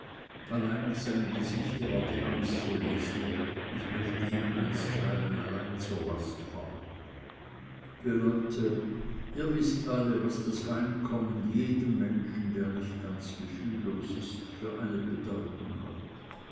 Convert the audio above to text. allein auf seinem gesichte war die angst zu lesen ich möchte ihm einstweilen allein zur last fallen liebe leute ihr wißt alle was das heimkommen jedem menschen der nicht ganz fühllos ist für eine bedeutung hat